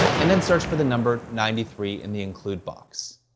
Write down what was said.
and then searched for the number ninety three in the include box.